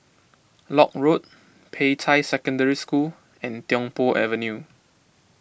Lock Road Peicai Secondary School and Tiong Poh Avenue